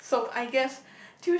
so I guess